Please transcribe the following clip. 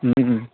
ہوں ہوں